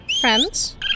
Friends